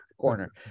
corner